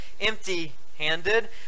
empty-handed